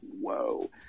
whoa